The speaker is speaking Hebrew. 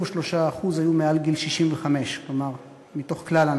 23% היו מעל גיל 65, כלומר מתוך כלל הנשים,